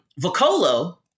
Vocolo